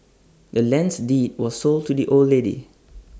the land's deed was sold to the old lady